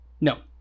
No